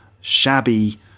shabby